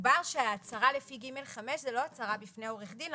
דובר שהצהרה לפי (ג)(5) זה לא הצהרה בפני עורך דין,